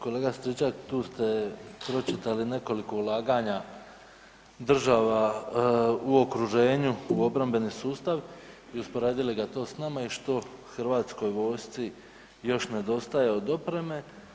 Kolega Stričak, tu ste pročitali nekoliko ulaganja država u okruženju u obrambeni sustav i usporedili ga to s nama i što HV-u još nedostaje od opreme.